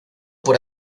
por